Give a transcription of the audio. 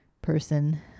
person